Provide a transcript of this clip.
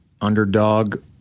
underdog